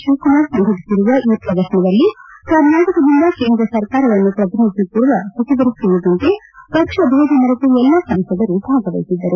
ಶಿವಕುಮಾರ್ ಸಂಘಟಿಸಿರುವ ಈ ಪ್ರದರ್ತನದಲ್ಲಿ ಕರ್ನಾಟಕದಿಂದ ಕೇಂದ್ರ ಸರ್ಕಾರವನ್ನು ಪ್ರತಿನಿಧಿಸುತ್ತಿರುವ ಸಚಿವರು ಸೇರಿದಂತೆ ಪಕ್ಷಬೇಧ ಮರೆತು ಎಲ್ಲ ಸಂಸದರು ಭಾಗವಹಿಸಿದ್ದರು